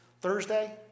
Thursday